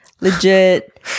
legit